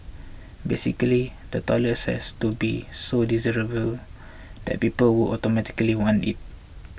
basically the toilets has to be so desirable that people would automatically want it